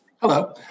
Hello